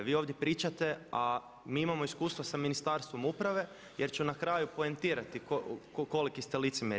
Vi ovdje pričate, a mi imamo iskustva sa Ministarstvom uprave jer ću na kraju poentirati koliki ste licemjer.